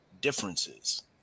differences